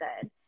good